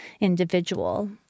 individual